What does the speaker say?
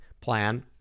plan